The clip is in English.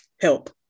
help